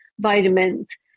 vitamins